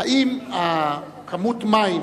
האם כמות המים